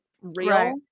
real